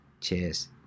Cheers